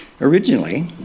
Originally